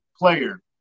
player